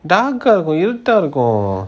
dark eh இருக்கும் இருந்த இருக்கும்:irukum iruta irukum